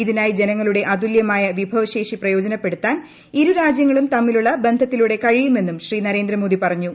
ഇതിനായി ജനങ്ങളുടെ അതുല്യമായ വിഭവശേഷി പ്രയോജനപ്പെടുത്താൻ ഇരുരാജ്യങ്ങളും തമ്മിലുള്ള ബന്ധത്തിലൂടെ കഴിയുമെന്നും ശ്രീ നരേന്ദ്രമോദി പറഞ്ഞു